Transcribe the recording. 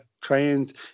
trained